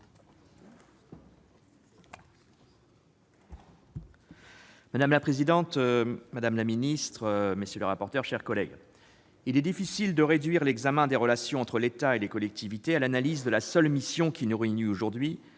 Madame la présidente, madame la ministre, mes chers collègues, il est difficile de réduire l'examen des relations entre l'État et les collectivités à l'analyse de la seule mission qui nous réunit aujourd'hui,